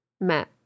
met